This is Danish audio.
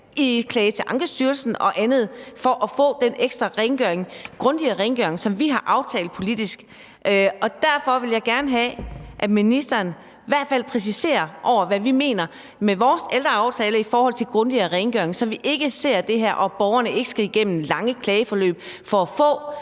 at klage til Ankestyrelsen og andet for at få den ekstra rengøring, den grundigere rengøring, som vi har aftalt politisk. Derfor vil jeg gerne have, at ministeren i hvert fald præciserer, hvad vi mener med vores ældreaftale med hensyn til grundigere rengøring, så vi ikke ser det her, og så borgerne ikke skal igennem lange klageforløb for at få